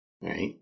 Right